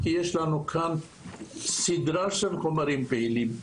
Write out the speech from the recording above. יש לנו כאן סדרה של חומרים פעילים,